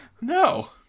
No